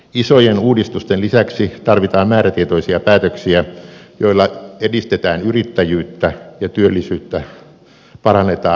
isojen uudistusten lisäksi tarvitaan määrätietoisia päätöksiä joilla edistetään yrittäjyyttä ja työllisyyttä parannetaan tässä ja nyt